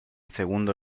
segundo